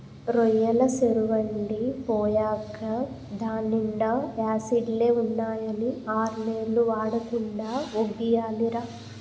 రొయ్యెల సెరువెండి పోయేకా దాన్నీండా యాసిడ్లే ఉన్నాయని ఆర్నెల్లు వాడకుండా వొగ్గియాలిరా